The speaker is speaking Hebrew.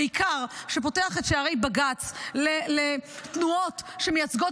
בעיקר פותח את שערי בג"ץ לתנועות שמייצגות